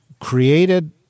created